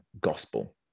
gospel